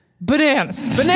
Bananas